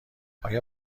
آیا